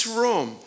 room